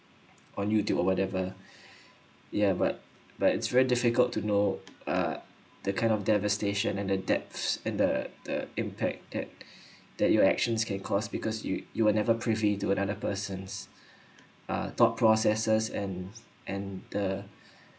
on youtube or whatever yeah but but it's very difficult to know uh the kind of devastation and the deaths and the the impact that that your actions can cost because you you'll never privy to another person's ah thought processes and and the